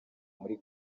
muri